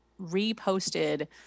reposted